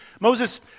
Moses